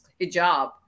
hijab